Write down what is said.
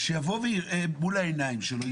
שיבוא ויראה מול העיניים שלו,